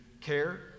care